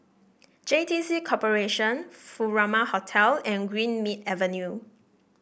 J T C Corporation Furama Hotel and Greenmead Avenue